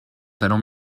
talent